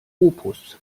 opus